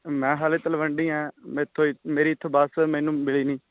ਮੈਂ ਹਜੇ ਤਲਵੰਡੀ ਆ ਮੇਰੇ ਤੋਂ ਮੇਰੀ ਇੱਥੋਂ ਬੱਸ ਮੈਨੂੰ ਮਿਲੀ ਨਹੀਂ